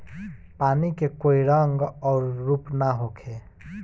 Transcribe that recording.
पानी के कोई रंग अउर रूप ना होखें